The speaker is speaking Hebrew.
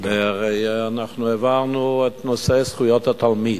אנחנו העברנו את נושא זכויות התלמיד,